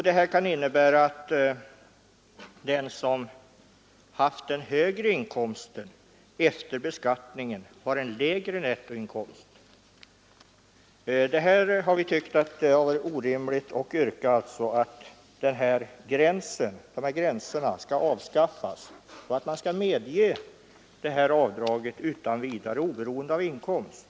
Det kan innebära att den som haft den högre inkomsten efter beskattningen har en lägre nettoinkomst. Vi har tyckt att detta är ett orimligt förhållande, och vi yrkar därför att inkomstgränserna skall avskaffas och avdrag medges oberoende av inkomsten.